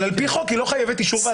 אבל על פי חוק היא לא חייבת אישור ועדה,